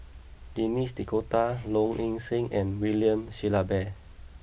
Denis D'Cotta Low Ing Sing and William Shellabear